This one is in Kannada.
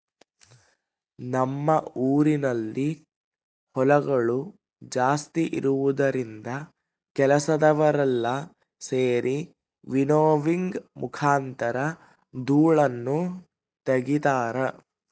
ನಮ್ಮ ಊರಿನಲ್ಲಿ ಹೊಲಗಳು ಜಾಸ್ತಿ ಇರುವುದರಿಂದ ಕೆಲಸದವರೆಲ್ಲ ಸೆರಿ ವಿನ್ನೋವಿಂಗ್ ಮುಖಾಂತರ ಧೂಳನ್ನು ತಗಿತಾರ